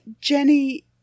Jenny